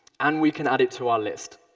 and we can add it to our list.